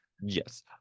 Yes